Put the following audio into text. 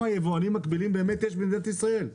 יבואנים מקבילים באמת יש במדינת ישראל.